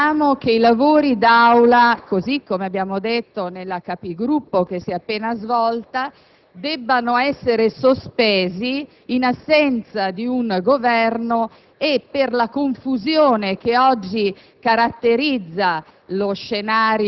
- ma riteniamo che i lavori dell'Assemblea, così come abbiamo detto nella Conferenza dei Capigruppo che si è appena svolta, debbano essere sospesi in assenza di un Governo e per la confusione che oggi caratterizza